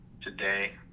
today